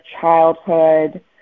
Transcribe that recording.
childhood